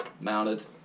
mounted